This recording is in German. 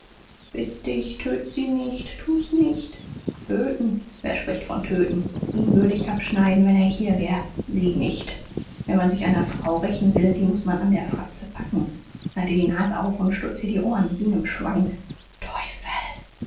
bitt dich töt sie nicht tu's nicht töten wer spricht von töten ihn würd ich abschneiden wenn er hier wär sie nicht wenn man sich an ner frau rächen will die muß man an der fratze packen schneid't ihr die nase auf und stutzt ihr die ohren wie nem schwein teufel